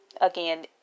again